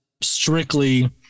strictly